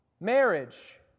marriage